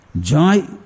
Joy